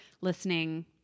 listening